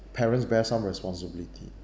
parents bear some responsibility